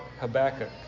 Habakkuk